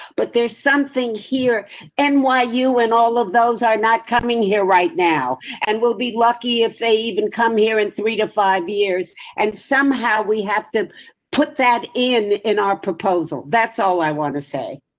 but there's something here and why you, and all of those are not coming here right now and we'll be lucky if they even come here and three to five years. and somehow we have to put that in in our proposal that's all. i want to say.